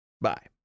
Bye